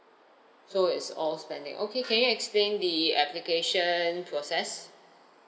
so it's all spending okay can you explain the application process